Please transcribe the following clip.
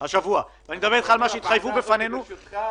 אני לא חושב שהשבוע יצביעו על זה בקריאה ראשונה בכנסת.